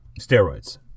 steroids